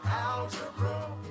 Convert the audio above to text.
algebra